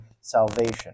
salvation